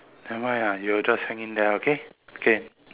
never mind ah we'll just hang in there okay okay